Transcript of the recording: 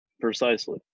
Precisely